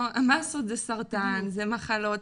זה סרטן, זה מחלות,